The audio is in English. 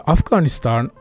Afghanistan